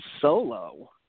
Solo